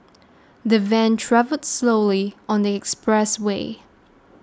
the van travelled slowly on the expressway